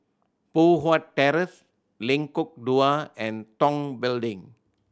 Poh Huat Terrace Lengkong Dua and Tong Building